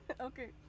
Okay